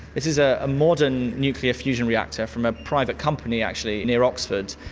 this is ah a modern nuclear fusion reactor from a private company actually near oxford,